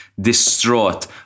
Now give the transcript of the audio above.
distraught